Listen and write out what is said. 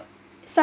some